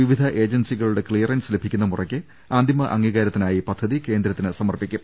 വിവിധ ഏജൻസികളുടെ ക്ലിയറൻസ് ലഭി ക്കുന്ന മുറയ്ക്ക് അന്തിമ അംഗീകാരത്തിനായി പദ്ധതി കേന്ദ്രത്തിന് സമർപ്പിക്കും